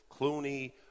Clooney